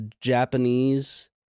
Japanese